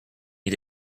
eat